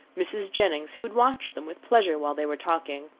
mrs. jennings, who had watched them with pleasure while they were talking,